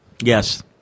Yes